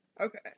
Okay